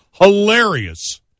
hilarious